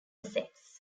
essex